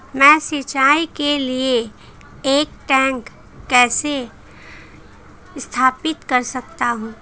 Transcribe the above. मैं सिंचाई के लिए एक टैंक कैसे स्थापित कर सकता हूँ?